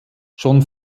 schon